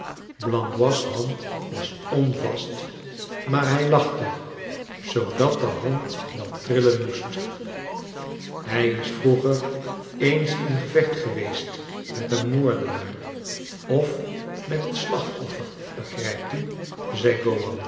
blandois hand was onvast maar hij lachte zoodat de hand wel trillen moest hij is vroeger eens in gevecht geweest met een moordenaar of met het slachtoffer begrijpt u